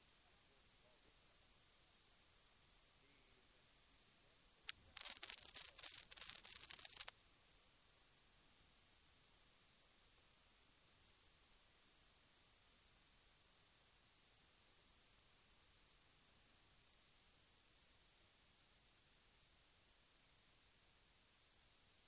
luftfärten Vi vet att oförutsebara händelser kan inträffa, men det har inte ett enda dugg att göra med säkerhetsföreskrifternas efterlevnad.